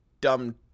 dumb